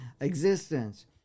existence